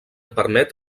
permet